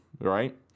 right